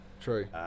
True